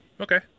Okay